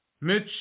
Mitch